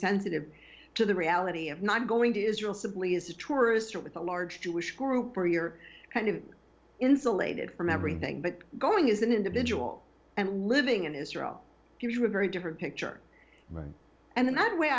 sensitive to the reality of not going to israel simply as a tourist with a large jewish group or your kind of insulated from everything but going is an individual and living in israel gives you a very different picture right and that way